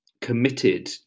committed